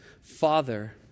father